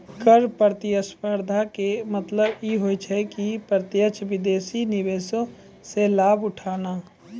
कर प्रतिस्पर्धा के मतलब इ होय छै कि प्रत्यक्ष विदेशी निवेशो से लाभ उठाना